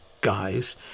guys